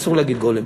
אסור להגיד גולם.